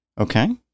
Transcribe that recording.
Okay